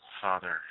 Father